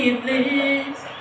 please